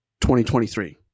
2023